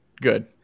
Good